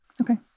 Okay